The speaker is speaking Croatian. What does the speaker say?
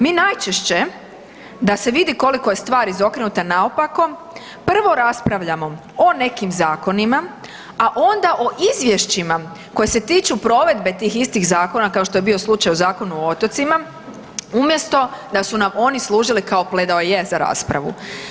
Mi najčešće da se vidi koliko je stvar izokrenuto naopako, prvo raspravljamo o nekim zakonima, a onda o izvješćima koje se tiče provedbe tih istih zakona kao što je bio slučaj o Zakonu o otocima, umjesto da su nam služili kao pledoaje za raspravu.